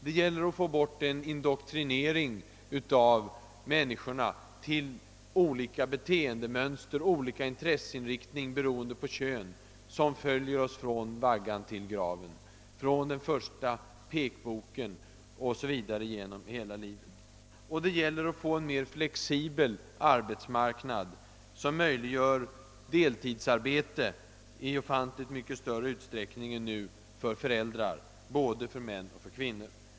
Det gäller att få bort den indoktrinering av människorna till olika beteendemönster och olika intresseinriktning beroende på kön, som följer oss från vaggan till graven, från den första »pekboken» genom hela livet. Det gäller också att få en mer flexibel arbetsmarknad, som möjliggör deltidsarbete i ofantligt mycket större utsträckning än nu för föräldrar, både för män och för kvinnor.